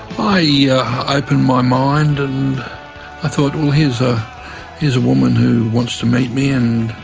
i yeah i opened my mind and i thought, well, here's ah here's a woman who wants to meet me and